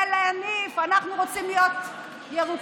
ולנופף: אנחנו רוצים להיות ירוקים,